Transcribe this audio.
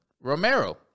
Romero